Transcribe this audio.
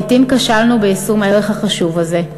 לעתים כשלנו ביישום הערך החשוב הזה,